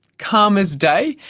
calm as day,